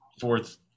fourth